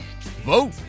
vote